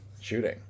shooting